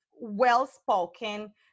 well-spoken